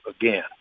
again